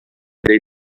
dei